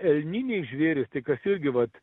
elniniai žvėrys tai kas irgi vat